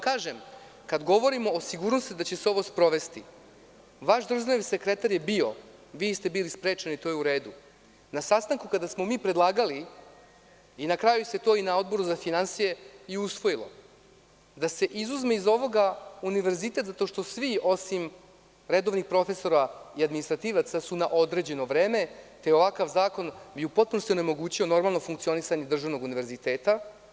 Kada govorimo o sigurnosti da će se ovo sprovesti, vaš državni sekretar je bio, vi ste bili sprečeni, to je u redu, na sastanku kada smo mi predlagali, i na kraju se to i na Odboru za finansije i usvojilo, da se izuzme iz ovog univerzitet zato što svi, osim redovnih profesora i administrativaca, su na određeno vreme, te ovakav zakon bi u potpunosti onemogućio normalno funkcionisanje državnog univerziteta.